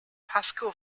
pascoe